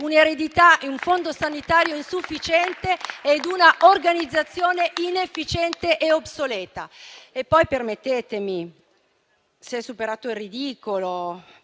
un'eredità e un fondo sanitario insufficiente e un'organizzazione inefficiente e obsoleta. E poi - permettetemi - si è superato il ridicolo.